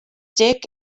dick